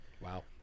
wow